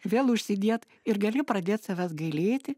vėl užsidiet ir gali pradėt savęs gailėti